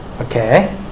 okay